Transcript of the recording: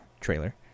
trailer